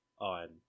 on